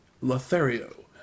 Lothario